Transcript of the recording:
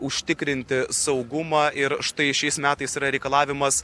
užtikrinti saugumą ir štai šiais metais yra reikalavimas